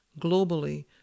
globally